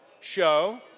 show